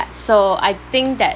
so I think that